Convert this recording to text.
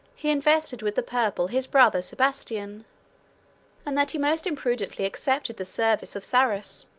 he invested with the purple his brother sebastian and that he most imprudently accepted the service of sarus,